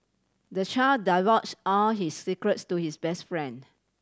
the child divulge all his secrets to his best friend